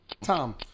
Tom